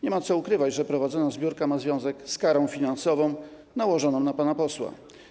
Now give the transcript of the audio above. Nie ma co ukrywać, że prowadzona zbiórka ma związek z karą finansową nałożoną na pana posła.